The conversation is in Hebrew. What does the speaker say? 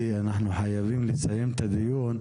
כי אנחנו חייבים לסיים את הדיון.